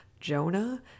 Jonah